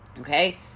Okay